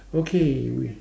okay